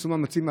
עשו מאמצים,